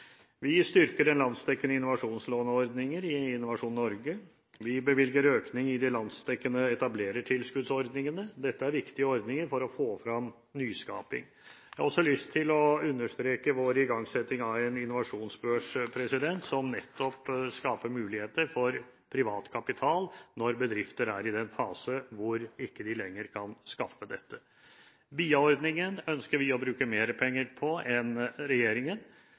Vi styrker den landsdekkende innovasjonslåneordningen i Innovasjon Norge. Vi bevilger økning i de landsdekkende etablerertilskuddsordningene. Dette er viktige ordninger for å få frem nyskaping. Jeg har også lyst til å understreke vår igangsetting av en innovasjonsbørs, som nettopp skaper muligheter for privat kapital når bedrifter er i den fasen hvor de ikke lenger kan skaffe dette. BIA-ordningen ønsker vi å bruke mer penger på enn regjeringen.